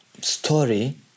story